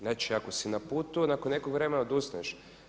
Znači, ako si na putu nakon nekog vremena odustaneš.